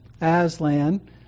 Aslan